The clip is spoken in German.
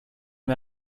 wir